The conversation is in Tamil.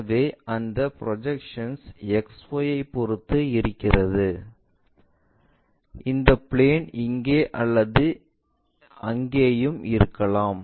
எனவே அந்த ப்ரொஜெக்ஷன்ஸ் XY ஐப் பொறுத்து இருக்கிறது இந்த பிளேன் இங்கே அல்லது அங்கேயும் இருக்கலாம்